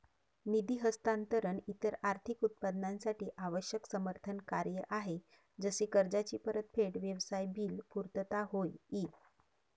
निधी हस्तांतरण इतर आर्थिक उत्पादनांसाठी आवश्यक समर्थन कार्य आहे जसे कर्जाची परतफेड, व्यवसाय बिल पुर्तता होय ई